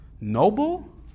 noble